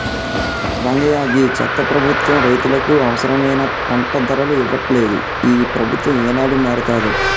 రంగయ్య గీ చెత్త ప్రభుత్వం రైతులకు అవసరమైన పంట ధరలు ఇయ్యట్లలేదు, ఈ ప్రభుత్వం ఏనాడు మారతాదో